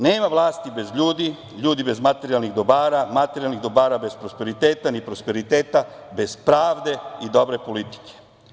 Nema vlasti bez ljudi, ljudi bez materijalnih dobara, materijalnih dobara bez prosperiteta, ni prosperiteta bez pravde i dobre politike.